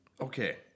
Okay